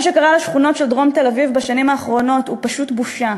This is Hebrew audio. מה שקרה לשכונות של דרום תל-אביב בשנים האחרונות הוא פשוט בושה,